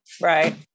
Right